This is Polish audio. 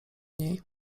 niej